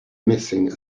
missing